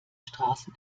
straße